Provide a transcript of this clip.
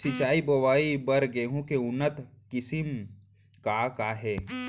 सिंचित बोआई बर गेहूँ के उन्नत किसिम का का हे??